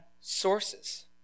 sources